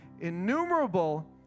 innumerable